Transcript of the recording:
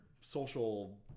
social